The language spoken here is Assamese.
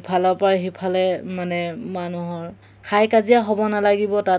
ইফালৰপৰা সিফালে মানে মানুহৰ হাই কাজিয়া হ'ব নালাগিব তাত